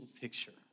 picture